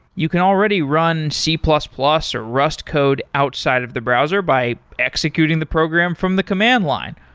you can already run c plus plus or rust code outside of the browser by executing the program from the command line.